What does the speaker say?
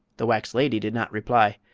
the wax lady did not reply.